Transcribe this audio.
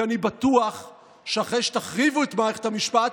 כי אני בטוח שאחרי שתחריבו את מערכת המשפט,